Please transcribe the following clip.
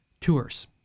tours